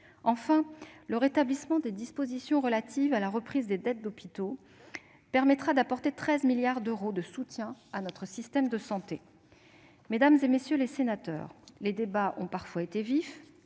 Enfin, le rétablissement des dispositions relatives à la reprise des dettes d'hôpitaux permettra d'apporter 13 milliards d'euros de soutien à notre système de santé. Mesdames, messieurs les sénateurs, les débats ont parfois été vifs,